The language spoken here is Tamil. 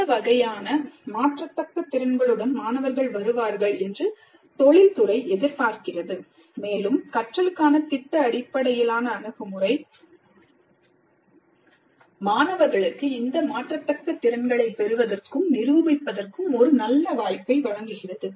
இந்த வகையான மாற்றத்தக்க திறன்களுடன் மாணவர்கள் வருவார்கள் என்று தொழில்துறை எதிர்பார்க்கிறது மேலும் கற்றலுக்கான திட்ட அடிப்படையிலான அணுகுமுறை மாணவர்களுக்கு இந்த மாற்றத்தக்க திறன்களைப் பெறுவதற்கும் நிரூபிப்பதற்கும் ஒரு நல்ல வாய்ப்பை வழங்குகிறது